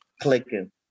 clicking